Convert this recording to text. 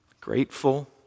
grateful